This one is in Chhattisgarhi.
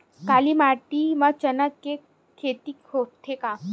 काली माटी म चना के खेती होही का?